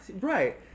Right